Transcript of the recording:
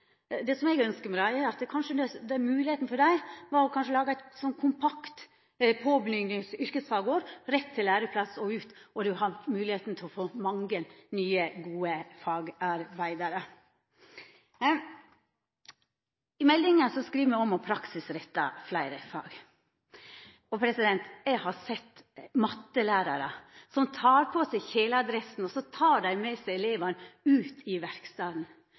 Det som eg ønskjer meg som en moglegheit for desse elevane, er kanskje å laga eit kompakt påbyggingsår, eit yrkesfagår med rett til læreplass, slik at det vert mogleg å få mange nye, gode fagarbeidarar. I meldinga skriv me òg om å praksisretta fleire fag. Eg har sett mattelærarar som tek på seg kjeledressen og tek med seg elevane ut i verkstaden.